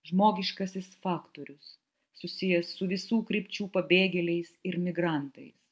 žmogiškasis faktorius susijęs su visų krypčių pabėgėliais ir migrantais